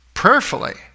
Prayerfully